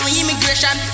immigration